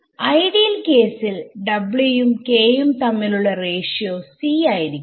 ideal കേസിൽ ഉം k ഉം തമ്മിലുള്ള റേഷിയോ c ആയിരിക്കും